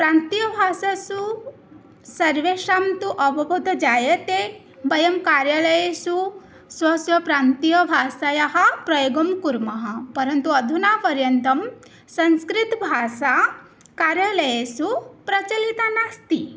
प्रान्तीयभाषासु सर्वेषां तु अवबोधः जायते वयं कार्यालयेषु स्वस्वप्रान्तीयभाषायाः प्रयोगं कुर्मः परन्तु अधुना पर्यन्तं संस्कृतभाषा कार्यालयेषु प्रचलिता नास्ति